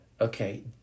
okay